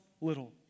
little